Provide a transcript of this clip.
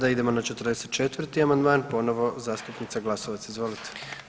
Sada idemo na 44. amandman, ponovo zastupnica Glasovac, izvolite.